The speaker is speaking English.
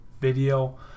video